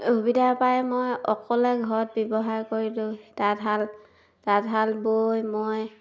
সুবিধা পায় মই অকলে ঘৰত ব্যৱহাৰ কৰিলোঁ তাঁতশাল তাঁতশাল বৈ মই